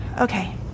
Okay